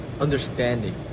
understanding